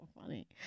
funny